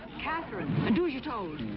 katherine! and do as you're told! ohh,